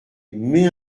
mais